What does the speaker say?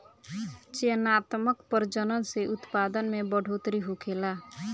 चयनात्मक प्रजनन से उत्पादन में बढ़ोतरी होखेला